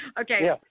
Okay